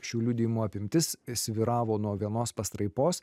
šių liudijimų apimtis svyravo nuo vienos pastraipos